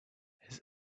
his